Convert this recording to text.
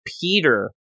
Peter